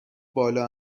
بالا